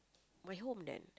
my home then